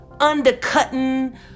undercutting